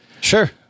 sure